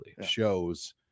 shows